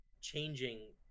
changing